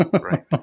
right